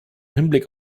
hinblick